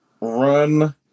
run